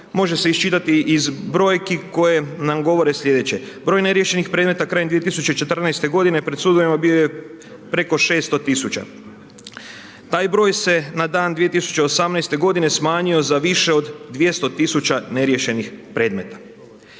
može se iščitati iz brojki koje nam govore sljedeće. Broj neriješenih predmeta krajem 2014. godine pred sudovima bio je preko 600 tisuća. Taj broj se na dan 2018. godine smanjio za više od 200 tisuća neriješenih predmeta.